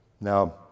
now